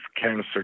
cancer